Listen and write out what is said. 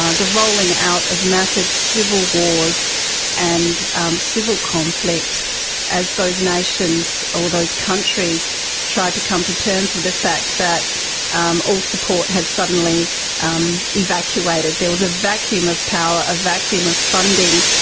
ah the rolling out of massive civil wars and um civil conflict as those nations or those countries tried to come to terms with the fact that um all support had suddenly um evacuated. there was a vacuum of power, a vacuum of funding,